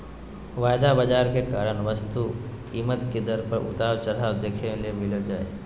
वायदा बाजार के कारण वस्तु कीमत के दर मे उतार चढ़ाव देखे ले मिलो जय